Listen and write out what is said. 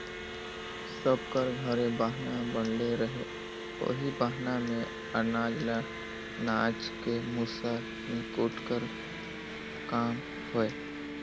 सब कर घरे बहना बनले रहें ओही बहना मे अनाज ल नाए के मूसर मे कूटे कर काम होए